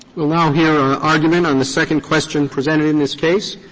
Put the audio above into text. we'll now hear our argument on the second question presented in this case.